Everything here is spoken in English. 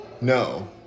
No